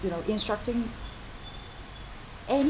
you know instructing any